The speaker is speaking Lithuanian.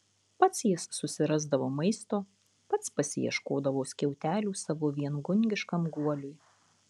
pats jis susirasdavo maisto pats pasiieškodavo skiautelių savo viengungiškam guoliui